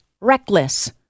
reckless